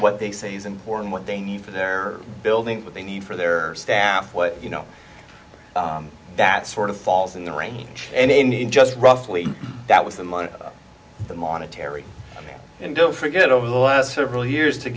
what they say is important what they need for their building what they need for their staff what you know that sort of falls in the range and indeed just roughly that was the money the monetary and don't forget over the last several years to